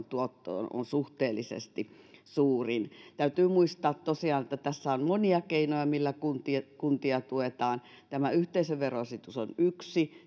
tuottoon on suhteellisesti suurin täytyy muistaa tosiaan että tässä on monia keinoja millä kuntia tuetaan tämä yhteisövero ositus on yksi